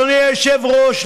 אדוני היושב-ראש,